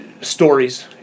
stories